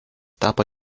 tapo